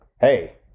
Hey